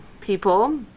people